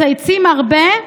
מצייצים הרבה,